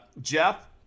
Jeff